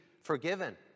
forgiven